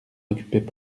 occupaient